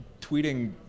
tweeting